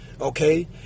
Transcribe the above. Okay